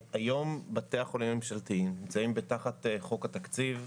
היום בתי החולים הממשלתיים נמצאים תחת חוק התקציב.